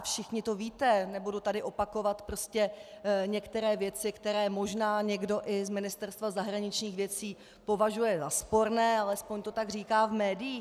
Všichni to víte, nebudu tady opakovat některé věci, které možná někdo i z Ministerstva zahraničních věcí považuje za sporné, alespoň to tak říká v médiích.